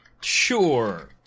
sure